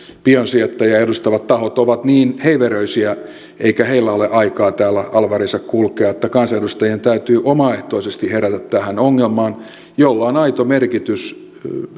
piensijoittajia edustavat tahomme ovat heiveröisiä eikä niillä ole aikaa täällä alvariinsa kulkea joten kansanedustajien täytyy omaehtoisesti herätä tähän ongelmaan jolla on aito merkitys